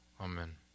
Amen